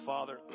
Father